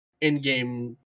in-game